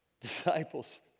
Disciples